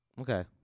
Okay